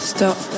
Stop